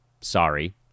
Sorry